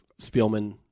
Spielman